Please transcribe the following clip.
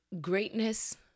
greatness